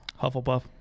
Hufflepuff